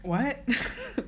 what